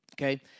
okay